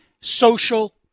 social